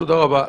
תודה רבה.